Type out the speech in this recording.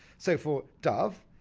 so for dove,